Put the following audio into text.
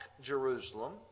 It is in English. Jerusalem